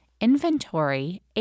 inventory